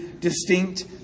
distinct